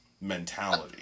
mentality